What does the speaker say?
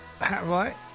Right